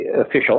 official